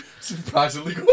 Surprisingly